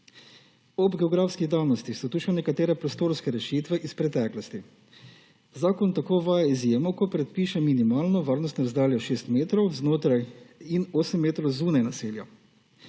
Ob geografskih danostih so tu še nekatere prostorske rešitve iz preteklosti. Zakon tako uvaja izjemo, ko predpiše minimalno varnostno razdaljo šest metrov znotraj in osem metrov zunaj naselja.